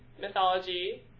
mythology